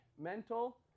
mental